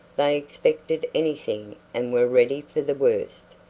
they expected anything and were ready for the worst,